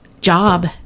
job